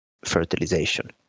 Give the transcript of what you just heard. fertilization